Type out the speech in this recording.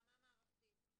ברמה המערכתית.